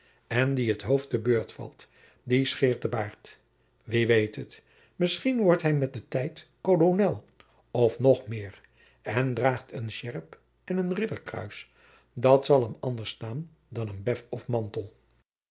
en die t hoofd jacob van lennep de pleegzoon te beurt valt die scheert de baard wie weet het misschien wordt hij met den tijd colonel of nog meer en draagt een sjerp en een ridderkruis dat zal hem anders staan dan een bef of mantel